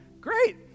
Great